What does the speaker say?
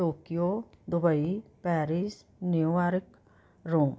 Tokyo Dubai Paris New York Rome